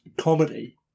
comedy